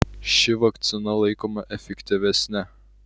ši vakcina laikoma efektyvesne